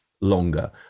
Longer